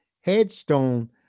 headstone